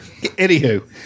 Anywho